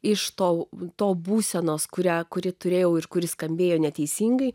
iš to buto būsenos kurią kuri turėjau ir kuri skambėjo neteisingai